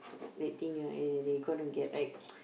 they think ah they gonna get like